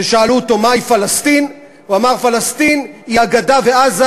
כששאלו אותו מהי פלסטין הוא אמר: פלסטין היא הגדה ועזה,